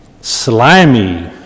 Slimy